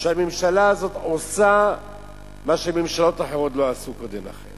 שהממשלה הזאת עושה מה שממשלות אחרות לא עשו קודם לכן